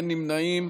אין נמנעים,